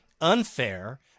unfair